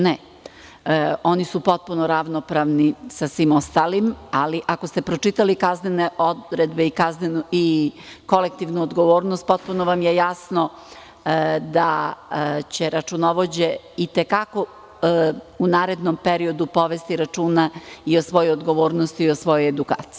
Ne, oni su potpuno ravnopravni sa svim ostalima, ali, ako ste pročitali kaznene odredbe i kolektivnu odgovornost, potpuno vam je jasno da će računovođe i te kako u narednom periodu povesti računa i o svojoj odgovornosti i o svojoj edukaciji.